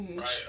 Right